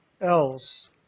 else